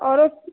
आओरो